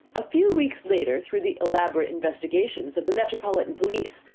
a few weeks later, through the elaborate investigations of the metropolitan police,